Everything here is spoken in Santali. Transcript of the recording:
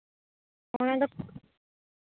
ᱥᱚᱢᱚᱭ ᱫᱚ